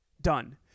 done